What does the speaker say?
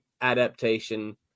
adaptation